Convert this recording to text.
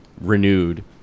renewed